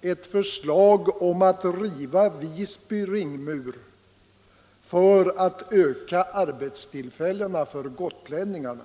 ett förslag om att riva Visby ringmur för att öka arbetstillfällena för gotlänningarna.